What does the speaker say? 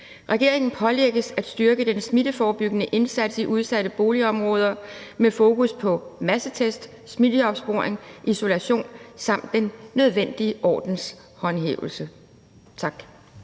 Regeringen pålægges at styrke den smitteforebyggende indsats i udsatte boligområder med fokus på massetest, smitteopsporing, isolation samt den nødvendige ordenshåndhævelse.«